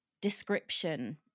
description